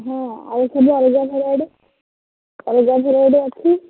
ହଁ ଆଉ ସବୁ ଅଲଗା ଭେରାଇଟି ଅଲଗା ଭେରାଇଟି ଅଛି